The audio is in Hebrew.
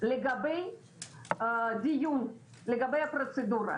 לגבי הפרוצדורה.